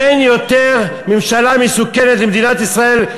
אין ממשלה יותר מסוכנת למדינת ישראל.